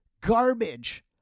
garbage